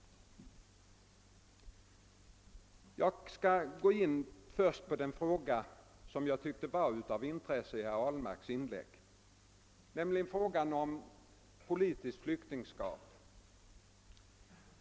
Jag skall i stället beröra en annan fråga som jag tyckte var av intresse i herr Ahlmarks inlägg, nämligen frågan om politiskt flyktingskap.